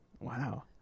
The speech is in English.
Wow